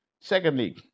Secondly